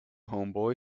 homeboy